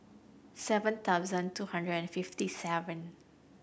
seven thousand two hundred and fifty seven